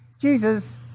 Jesus